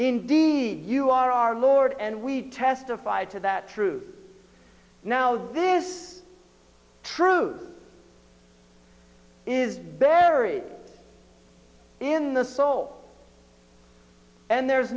indeed you are our lord and we testify to that through now this truth is buried in the soul and there